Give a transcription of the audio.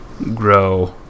grow